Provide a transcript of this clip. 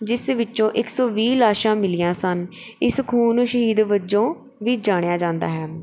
ਜਿਸ ਵਿੱਚੋਂ ਇੱਕ ਸੌ ਵੀਹ ਲਾਸ਼ਾਂ ਮਿਲੀਆਂ ਸਨ ਇਸ ਖੂਨ ਨੂੰ ਸ਼ਹੀਦ ਵਜੋਂ ਵੀ ਜਾਣਿਆ ਜਾਂਦਾ ਹੈ